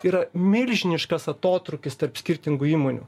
yra milžiniškas atotrūkis tarp skirtingų įmonių